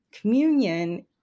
communion